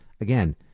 again